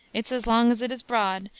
it's ez long as it is broad,